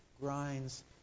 grinds